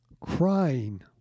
Crying